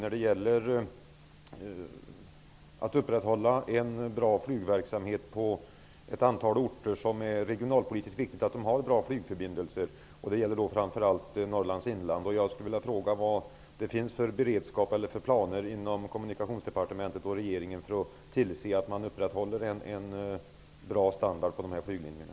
En bra flygverksamhet behöver upprätthållas på ett antal orter där det är regionalpolitiskt viktigt att man har bra flygförbindelser. Det gäller framför allt Norrlands inland. Kommunikationsdepartementet och regeringen för att tillse att man upprätthåller en bra standard på de här flyglinjerna?